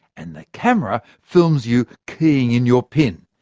and the camera films you keying in your pin.